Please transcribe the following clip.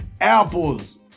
Apples